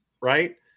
right